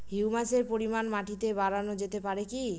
হিউমাসের পরিমান মাটিতে বারানো যেতে পারে কি?